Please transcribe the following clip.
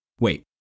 Wait